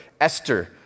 Esther